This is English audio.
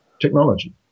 technology